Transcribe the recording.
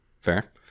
Fair